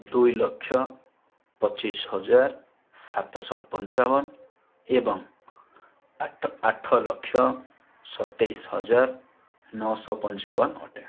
ଦୁଇ ଲକ୍ଷ ପଚିଶ ହଜାର ସାତଶହ ପଞ୍ଚାବନ ଏବଂ ଆଠ ଆଠ ଲକ୍ଷ ସତେଇଶ ହଜାର ନଅ ଶହ ପଞ୍ଚାବନ ଅଟେ